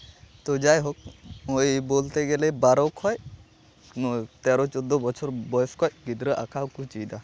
ᱛᱳ ᱡᱟᱭᱦᱳᱠ ᱱᱚᱜᱼᱚᱭ ᱵᱚᱞᱛᱮ ᱜᱮᱞᱮ ᱵᱟᱨᱚ ᱠᱷᱚᱡ ᱛᱮᱨᱚ ᱪᱳᱫᱽᱫᱳ ᱵᱚᱪᱷᱚᱨ ᱵᱚᱭᱚᱥ ᱠᱷᱚᱡ ᱜᱤᱫᱽᱨᱟᱹ ᱟᱸᱠᱟᱣ ᱠᱚ ᱪᱮᱫᱟ